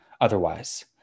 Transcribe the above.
otherwise